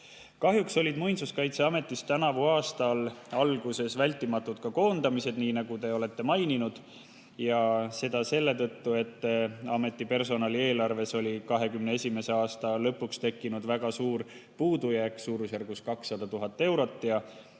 Kahjuks olid Muinsuskaitseametis tänavu aasta alguses vältimatud ka koondamised, nii nagu te mainisite. Seda selle tõttu, et ameti personalieelarves oli 2021. aasta lõpuks tekkinud väga suur puudujääk, suurusjärgus 200 000 eurot, ja